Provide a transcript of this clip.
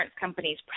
companies